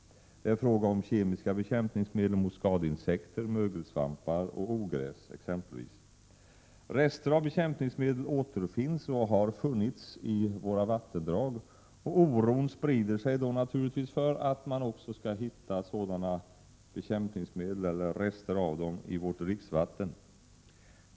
Det är exempelvis fråga om kemiska bekämpningsmedel mot skadeinsekter, mögelsvampar och ogräs. Rester av bekämpningsmedel har återfunnits i våra vattendrag, och oron sprider sig naturligtvis för att de också finns i vårt dricksvatten.